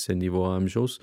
senyvo amžiaus